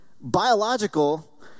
biological